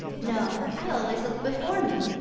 no i always look before me.